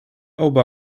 oba